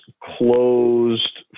closed